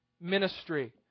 ministry